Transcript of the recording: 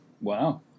Wow